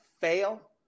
fail